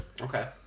Okay